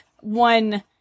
one